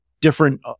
different